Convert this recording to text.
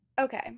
Okay